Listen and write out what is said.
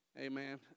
Amen